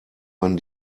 man